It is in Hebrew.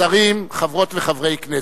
שרים, חברות וחברי כנסת,